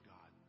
God